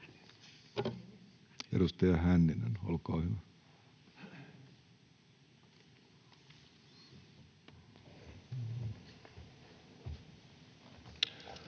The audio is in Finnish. Edustaja Hänninen, olkaa hyvä.